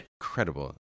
incredible